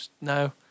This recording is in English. No